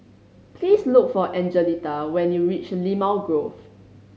please look for Angelita when you reach Limau Grove